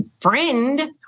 friend